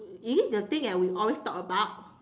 is it the thing that we always talk about